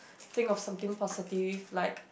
think of something positive like